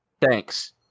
Thanks